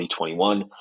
2021